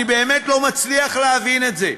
אני באמת לא מצליח להבין את זה.